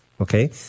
okay